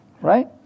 right